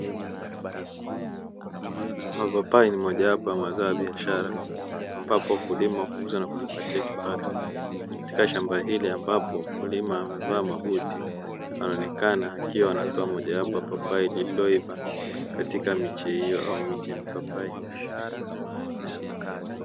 Mapapai ni mojawapo ya mazao ya biashara, ambapo wakulima huuza na kujipatia kipato, katika shamba hili ambapo mkulima amevaa mabuti, anaonekana akiwa anatoa mojawapo ya papai lililoiva katika miche hiyo au miti ya mipapai.